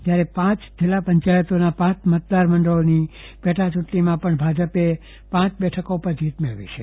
જયારે પાંચ જીલ્લા પંચાયતોના પ મતદાર મંડળોની પેટાચૂંટણીમાં પણ ભાજપે પાંચ બેઠકો પર જીત મેળવી છે